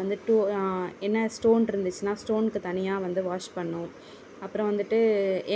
வந்து என்ன ஸ்டோன் இருந்துச்சுன்னா ஸ்டோனுக்கு தனியாக வந்து வாஷ் பண்ணணும் அப்புறம் வந்துவிட்டு